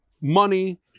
money